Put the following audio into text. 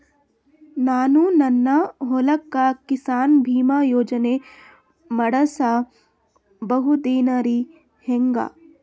ನಾನು ನನ್ನ ಹೊಲಕ್ಕ ಕಿಸಾನ್ ಬೀಮಾ ಯೋಜನೆ ಮಾಡಸ ಬಹುದೇನರಿ ಹೆಂಗ?